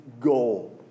Goal